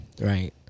right